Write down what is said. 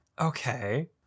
Okay